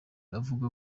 avuga